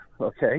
okay